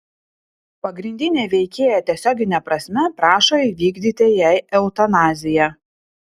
pagrindinė veikėja tiesiogine prasme prašo įvykdyti jai eutanaziją